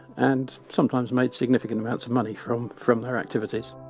and sometimes made significant amounts of money from from their activities